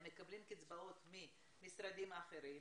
הם מקבלים קצבאות מהמשרדים האחרים.